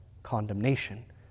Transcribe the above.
condemnation